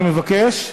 אני מבקש.